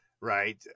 Right